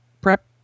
prep